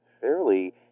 fairly